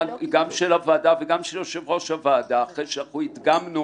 של הוועדה ושל יושב-ראש הוועדה אחרי שהדגמנו